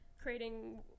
creating